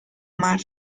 mar